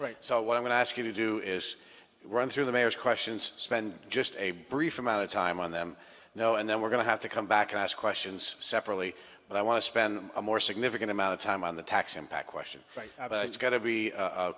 right so what i'm going to ask you to do is run through the mayor's questions spend just a brief amount of time on them now and then we're going to have to come back and ask questions separately but i want to spend a more significant amount of time on the tax impact question right it's got to be a